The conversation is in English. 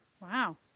Wow